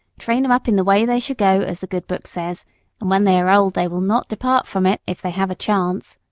train em up in the way they should go, as the good book says, and when they are old they will not depart from it, if they have a chance.